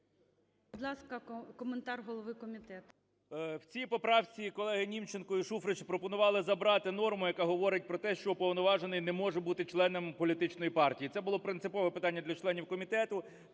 В цій поправці колега Німченко і Шуфрич пропонували забрати норму, яка говорить про те, що уповноважений не може бути членом політичної партії. Це було принципове питання для членів комітету,